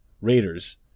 raiders